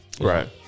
Right